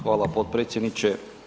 Hvala potpredsjedniče.